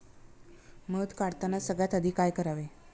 मध काढताना सगळ्यात आधी काय करावे?